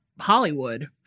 Hollywood